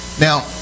Now